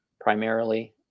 primarily